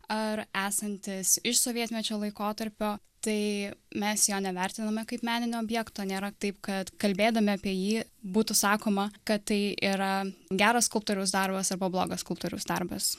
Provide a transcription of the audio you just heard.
ar esantis iš sovietmečio laikotarpio tai mes jo nevertiname kaip meninio objekto nėra taip kad kalbėdami apie jį būtų sakoma kad tai yra geras skulptoriaus darbas arba blogas skulptoriaus darbas